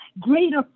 greater